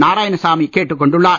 நாராயணசாமி கேட்டுக் கொண்டுள்ளார்